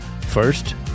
First